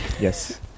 Yes